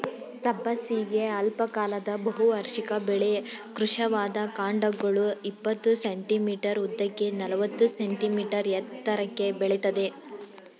ಸಬ್ಬಸಿಗೆ ಅಲ್ಪಕಾಲದ ಬಹುವಾರ್ಷಿಕ ಬೆಳೆ ಕೃಶವಾದ ಕಾಂಡಗಳು ಇಪ್ಪತ್ತು ಸೆ.ಮೀ ಉದ್ದಕ್ಕೆ ನಲವತ್ತು ಸೆ.ಮೀ ಎತ್ತರಕ್ಕೆ ಬೆಳಿತದೆ